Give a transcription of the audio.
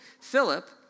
Philip